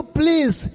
please